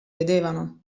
vedevano